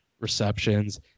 Receptions